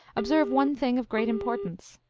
observe one thing of great importance.